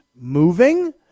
moving